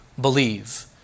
believe